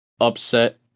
upset